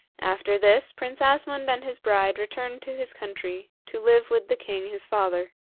after this prince asmund and his bride returned to his country to live with the king his father.